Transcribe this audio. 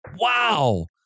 Wow